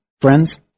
friends